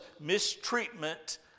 mistreatment